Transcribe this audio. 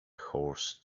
horse